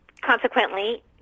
consequently